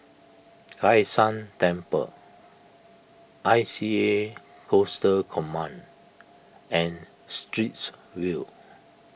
Kai San Temple I C A Coastal Command and Straits View